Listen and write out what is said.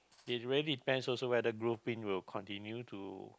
it really depends also whether will continue to